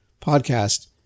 podcast